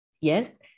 yes